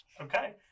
Okay